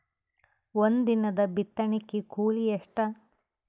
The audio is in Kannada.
ಒಂದಿನದ ಬಿತ್ತಣಕಿ ಕೂಲಿ ಎಷ್ಟ?